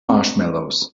marshmallows